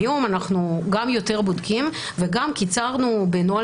היום אנחנו גם יותר בודקים וגם קיצרנו בנוהל